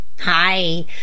Hi